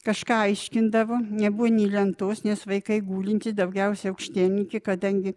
kažką aiškindavo nebuvo nei lentos nes vaikai gulintys daugiausia aukštielninki kadangi